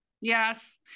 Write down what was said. Yes